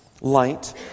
light